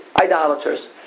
idolaters